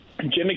Jimmy